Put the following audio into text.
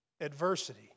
adversity